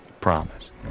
Promise